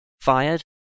fired